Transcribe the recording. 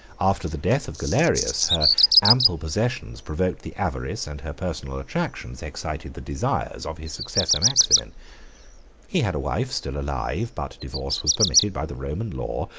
after the death of galerius, her ample possessions provoked the avarice, and her personal attractions excited the desires, of his successor, maximin. he had a wife still alive but divorce was permitted by the roman law,